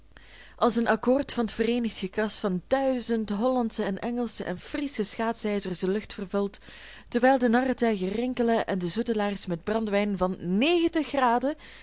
als een akkoord van t vereenigd gekras van duizend hollandsche en engelsche en friesche schaatsijzers de lucht vervult terwijl de narretuigen rinkelen en de zoetelaars met brandewijn van negentig graden